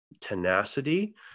tenacity